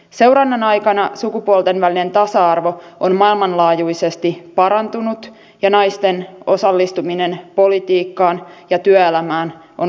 seurannan aikana sukupuolten välinen tasa arvo on maailmanlaajuisesti parantunut ja naisten osallistuminen politiikkaan ja työelämään on lisääntynyt